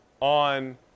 on